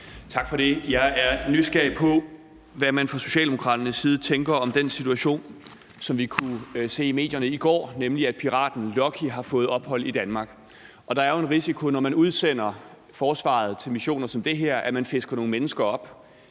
Tak for det. Jeg er nysgerrig på, hvad man fra Socialdemokraternes side tænker om den situation, som vi kunne se i medierne i går, nemlig at piraten Lucky har fået ophold i Danmark. Der er jo den risiko, når man udsender forsvaret til missioner som den her, at man fisker nogle mennesker op,